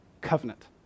covenant